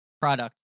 product